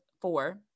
four